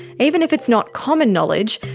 even if it's not common knowledge,